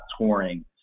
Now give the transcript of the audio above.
touring